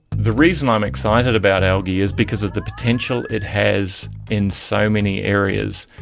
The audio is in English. the reason i'm excited about algae is because of the potential it has in so many areas.